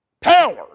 Power